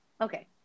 okay